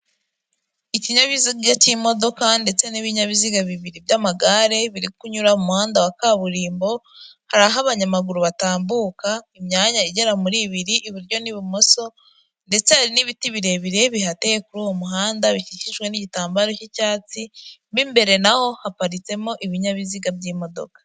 Ikinyabiziga cy'imodoka ndetse n'ibinyabiziga bibiri by'amagare, biri kunyura mu muhanda wa kaburimbo, hari aho abanyamaguru batambuka, imyanya igera muri ibiri iburyo n'ibumoso, ndetse hari n'ibiti birebire bihateye kuri uwo muhanda, bikikijwe n'igitambaro cy'icyatsi, mu imbere naho haparitsemo ibinyabiziga by'imodoka.